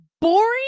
boring